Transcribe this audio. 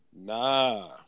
Nah